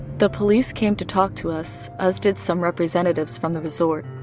the police came to talk to us, as did some representatives from the resort.